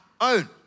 own